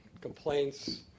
complaints